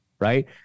right